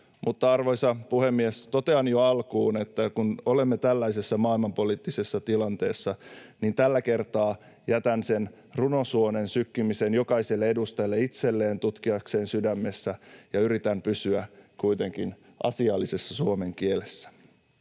Arvoisa puhemies! Totean jo alkuun, että kun olemme tällaisessa maailmanpoliittisessa tilanteessa, niin tällä kertaa jätän sen runosuonen sykkimisen jokaiselle edustajalle itselleen sydämessään tutkittavaksi ja yritän pysyä kuitenkin asiallisessa suomen kielessä.